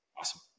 Awesome